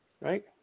right